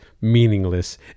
meaningless